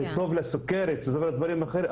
זה טוב לסוכרת ולדברים אחרים,